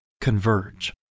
converge